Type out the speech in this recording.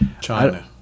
China